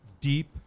deep